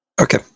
Okay